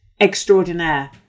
extraordinaire